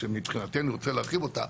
שמבחינתי אני רוצה להרחיב אותה,